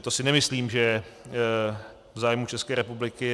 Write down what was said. To si nemyslím, že je v zájmu České republiky.